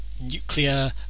nuclear